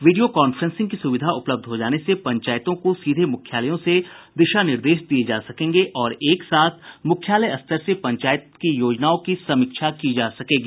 video conferencing की सुविधा उपलब्ध हो जाने से पंचायतों को सीधे मुख्यालयों से दिशा निर्देश दिये जा सकेंगे और एक साथ मुख्यालय स्तर से पंचायतों की योजनाओं की समीक्षा की जा सकेगी